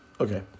Okay